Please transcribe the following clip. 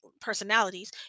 personalities